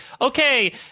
okay